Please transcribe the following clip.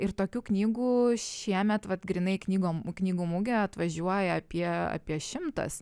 ir tokių knygų šiemet vat grynai knygom knygų mugę atvažiuoja apie apie šimtas